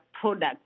products